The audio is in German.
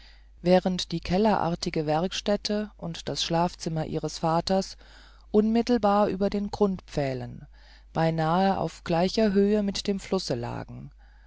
während die kellerartige werkstätte und das schlafzimmer ihres vaters unmittelbar über den grundpfählen beinahe auf gleicher höhe mit dem flusse lagen